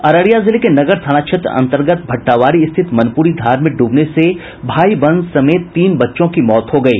अररिया जिले के नगर थाना क्षेत्र अंतर्गत भट्ठाबाड़ी स्थित मनपुरी धार में डूबने से भाई बहन समेत तीन बच्चों की मौत हो गयी